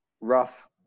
rough